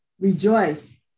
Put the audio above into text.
rejoice